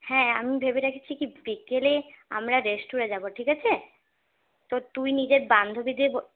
হ্যাঁ আমি ভেবে রেখেছি কি বিকেলে আমরা রেস্টুরেন্টে যাব ঠিক আছে তো তুই নিজের বান্ধবীদের